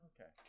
okay